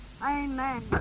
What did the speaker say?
Amen